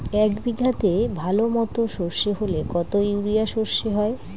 এক বিঘাতে ভালো মতো সর্ষে হলে কত ইউরিয়া সর্ষে হয়?